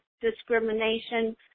discrimination